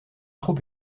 trop